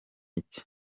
iki